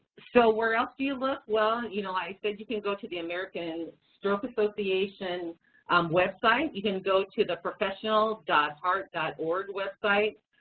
so where else do you look? well, you know i said you can go to the american stroke association um website, you can go to the professional heart org website.